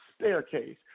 staircase